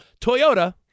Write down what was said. Toyota